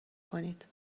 کنید